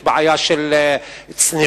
יש בעיה של צניעות,